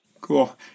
cool